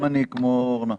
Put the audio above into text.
גם אני כמו אורנה.